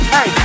Hey